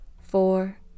four